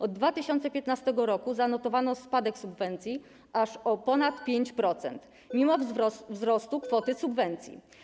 Od 2015 r. zanotowano spadek subwencji aż o ponad 5% , mimo wzrostu kwoty subwencji.